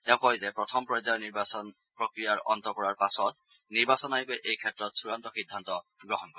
তেওঁ কয় যে প্ৰথম পৰ্যায়ৰ নিৰ্বাচন প্ৰক্ৰিয়াৰ অন্ত পৰাৰ পাছত নিৰ্বাচন আয়োগে এই ক্ষেত্ৰত চূড়ান্ত সিদ্ধান্ত গ্ৰহণ কৰিব